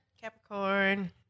Capricorn